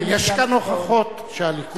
יש כאן הוכחות שהליכוד,